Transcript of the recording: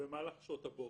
במהלך שעות הבוקר.